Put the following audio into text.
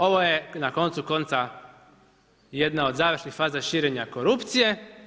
Ovo je na koncu konca jedna od završnih faza širenja korupcije.